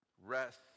Rest